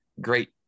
great